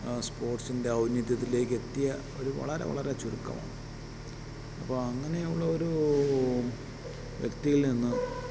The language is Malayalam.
സ്പോർട്സിൻ്റെ ഔന്ന്യത്തിലേക്കെത്തിയ വരു വളരെ വളരെ ചുരുക്കമാണ് അപ്പം അങ്ങനെ ഉള്ള ഒരു വ്യക്തിയിൽ നിന്ന്